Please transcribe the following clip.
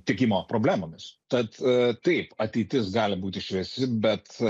tiekimo problemomis tad taip ateitis gali būti šviesi bet